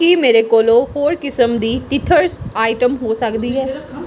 ਕੀ ਮੇਰੇ ਕੋਲੋਂ ਹੋਰ ਕਿਸਮ ਦੀ ਟੀਥਰਸ ਆਈਟਮ ਹੋ ਸਕਦੀ ਹੈ